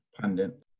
pundit